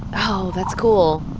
oh, that's cool.